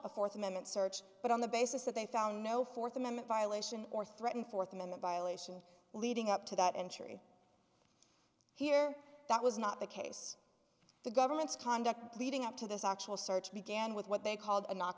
a fourth amendment search but on the basis that they found no fourth amendment violation or threatened fourth amendment violation leading up to that entry here that was not the case the government's conduct leading up to this actual search began with what they called a knock